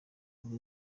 uri